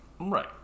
Right